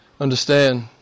understand